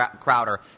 Crowder